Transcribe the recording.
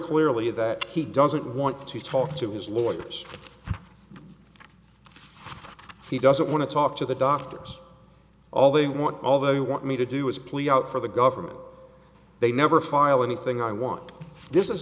clearly that he doesn't want to talk to his lawyers he doesn't want to talk to the doctors all they want all they want me to do is plea out for the government they never file anything i want this is